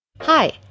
Hi